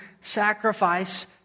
sacrifice